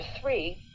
three